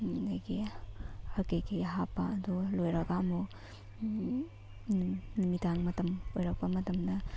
ꯑꯗꯒꯤ ꯀꯩꯀꯩ ꯍꯥꯞꯄ ꯑꯗꯨ ꯂꯣꯏꯔꯒ ꯑꯃꯨꯛ ꯅꯨꯃꯤꯗꯥꯡꯒꯤ ꯃꯇꯝ ꯑꯣꯏꯔꯛꯄ ꯃꯇꯝꯗ